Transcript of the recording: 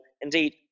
indeed